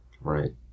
Right